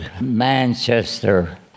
Manchester